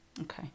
okay